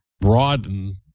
broaden